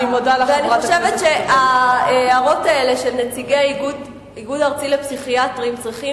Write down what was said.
אני חושבת שההערות האלה של נציגי האיגוד הארצי לפסיכיאטריה צריכות